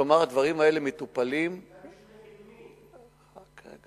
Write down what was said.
כלומר, הדברים האלה מטופלים, כתב-אישום נגד מי?